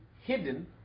hidden